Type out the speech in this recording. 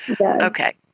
Okay